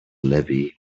levee